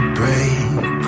break